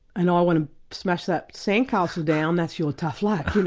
and i want to smash that sandcastle down, that's your tough luck, you know.